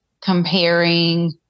comparing